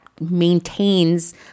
maintains